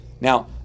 Now